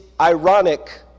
ironic